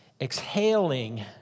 exhaling